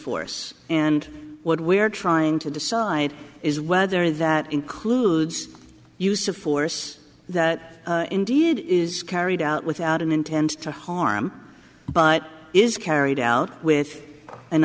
force and what we're trying to decide is whether that includes use of force that indeed it is carried out without an intent to harm but is carried out with an